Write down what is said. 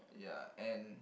ya and